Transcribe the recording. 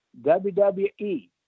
WWE